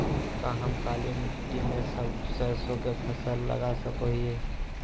का हम काली मिट्टी में सरसों के फसल लगा सको हीयय?